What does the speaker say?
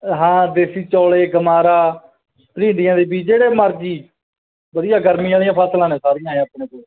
ਹਾਂ ਦੇਸੀ ਚੌਲੇ ਗਮਾਰਾ ਰੀਡੀਆਂ ਦੇ ਬੀਜ ਜਿਹੜੇ ਮਰਜ਼ੀ ਵਧੀਆ ਗਰਮੀਆਂ ਵਾਲੀਆਂ ਫਸਲਾਂ ਨੇ ਸਾਰੀਆਂ ਆਪਣੇ ਕੋਲ